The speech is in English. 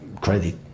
credit